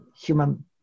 human